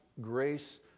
grace